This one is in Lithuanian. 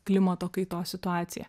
klimato kaitos situaciją